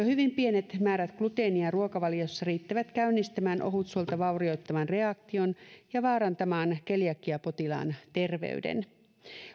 hyvin pienet määrät gluteenia ruokavaliossa riittävät käynnistämään ohutsuolta vaurioittavan reaktion ja vaarantamaan keliakiapotilaan terveyden